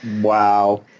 wow